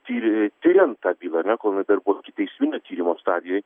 tiri tirian tą bylą ar ne kol jinai dar buvo ikiteisminio tyrimo stadijoj